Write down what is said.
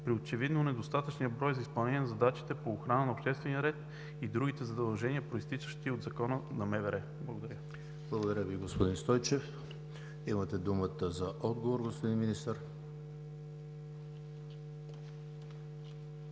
при очевидно недостатъчния брой за изпълнение на задачите по охрана на обществения ред и другите задължения, произтичащи от Закона на МВР? Благодаря. ПРЕДСЕДАТЕЛ ЕМИЛ ХРИСТОВ: Благодаря Ви, господин Стойчев. Имате думата за отговор, господин Министър.